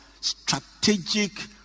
strategic